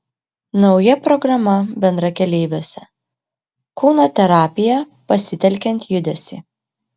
nauja programa bendrakeleiviuose kūno terapija pasitelkiant judesį